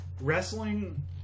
wrestling